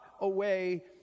away